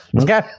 Okay